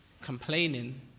complaining